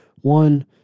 One